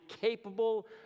capable